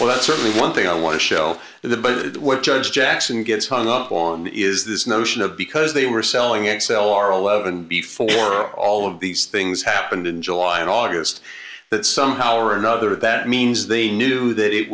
for certainly one thing i want to show the but what judge jackson gets hung up on is this notion of because they were selling excel are eleven before all of these things happened in july and august that somehow or another that means they knew that it